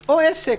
או עסק.